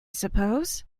suppose